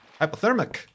hypothermic